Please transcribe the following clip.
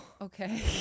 Okay